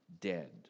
dead